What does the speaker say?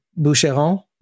Boucheron